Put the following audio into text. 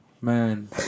Man